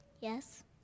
Yes